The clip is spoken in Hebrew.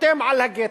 חותם על הגט.